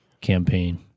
campaign